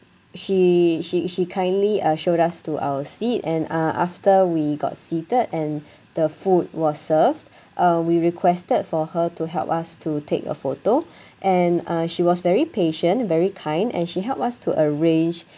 she she she kindly uh showed us to our seat and uh after we got seated and the food was served uh we requested for her to help us to take a photo and uh she was very patient very kind and she help us to arrange